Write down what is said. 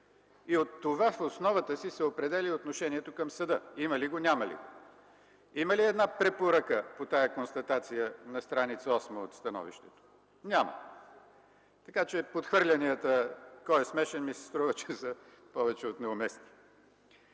От това в основата си се определя и отношението към съда – има ли го, няма ли го? Има ли една препоръка по тази констатация на стр. 8 от становището? Няма. Така че подхвърлянията – кой е смешен!? – ми се струва, че са повече от неуместни.